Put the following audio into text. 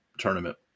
tournament